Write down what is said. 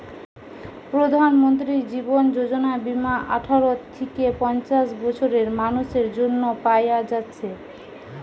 প্রধানমন্ত্রী জীবন যোজনা বীমা আঠারো থিকে পঞ্চাশ বছরের মানুসের জন্যে পায়া যাচ্ছে